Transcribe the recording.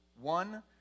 One